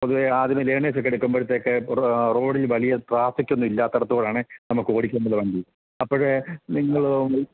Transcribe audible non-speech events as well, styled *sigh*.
പൊതുവെ ആദ്യമേ ലേണേഴ്സൊക്കെ എടുക്കുമ്പോഴത്തേക്കെ റോഡില് വലിയ ട്രാഫിക്കൊന്നും ഇല്ലാത്തിടത്തുകൂടിയാണേ നമുക്ക് ഓടിക്കുക *unintelligible* വണ്ടി അപ്പഴേ നിങ്ങള്